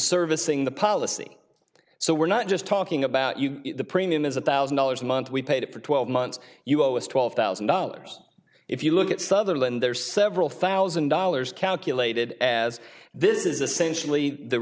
servicing the policy so we're not just talking about the premium is a thousand dollars a month we paid it for twelve months you owe us twelve thousand dollars if you look at sutherland there are several thousand dollars calculated as this is